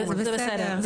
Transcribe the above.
זה בסדר.